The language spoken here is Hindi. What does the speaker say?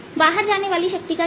बाहर जाने वाली शक्ति का क्या